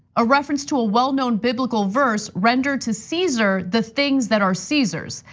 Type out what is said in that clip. a reference to a well-known biblical verse, render to caesar the things that are caesar's.